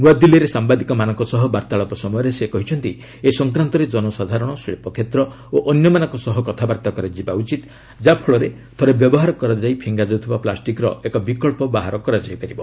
ନୁଆଦିଲ୍ଲୀରେ ସାମ୍ବାଦିକମାନଙ୍କ ସହ ବାର୍ତ୍ତାଳାପ ସମୟରେ ସେ କହିଛନ୍ତି ଏ ସଂକ୍ରାନ୍ତରେ ଜନସାଧାରଣ ଶିଳ୍ପକ୍ଷେତ୍ର ଓ ଅନ୍ୟମାନଙ୍କ ସହ କଥାବାର୍ତ୍ତା କରାଯିବା ଉଚିତ ଯା'ଫଳରେ ଥରେ ବ୍ୟବହାର କରାଯାଇ ଫିଙ୍ଗାଯାଉଥିବା ପ୍ଲାଷ୍ଟିକ୍ର ଏକ ବିକ୍ସ ବାହାର କରାଯାଇପାରିବ